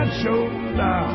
shoulder